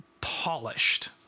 polished